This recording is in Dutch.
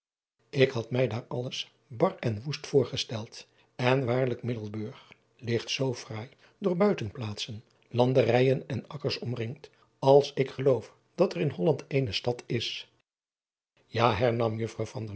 k had mij daar alles bar en woest voorgesteld en waarlijk iddelburg ligt zoo fraai door buitentenplaatsen landerijen en akkers omringd als ik geloof dat er in olland eene stad is a hernam uffrouw